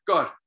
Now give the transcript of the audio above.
God